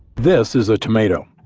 this is a tomato.